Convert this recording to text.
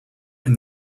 and